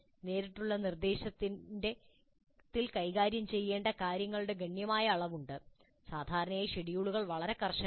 നേരിട്ടുള്ള നിർദ്ദേശത്തിൽ കൈകാര്യം ചെയ്യേണ്ട കാര്യങ്ങളുടെ ഗണ്യമായ അളവ് ഉണ്ട് സാധാരണയായി ഷെഡ്യൂളുകൾ വളരെ കർശനമാണ്